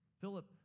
Philip